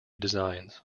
designs